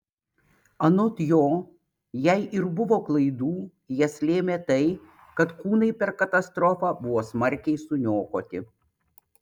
anot jo jei ir buvo klaidų jas lėmė tai kad kūnai per katastrofą buvo smarkiai suniokoti